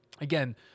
again